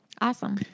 Awesome